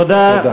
תודה.